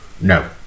No